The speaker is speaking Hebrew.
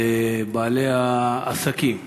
לבעלי העסקים,